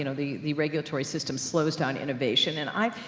you know the, the regulatory system slows down innovation, and i,